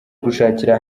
gushakira